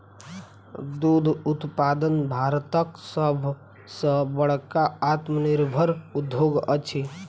दूध उत्पादन भारतक सभ सॅ बड़का आत्मनिर्भर उद्योग अछि